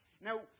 Now